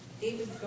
David